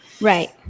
Right